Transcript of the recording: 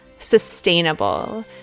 sustainable